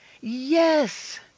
Yes